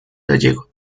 gallego